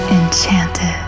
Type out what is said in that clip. enchanted